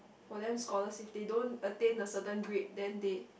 for them scholars if they don't attain a certain grade then they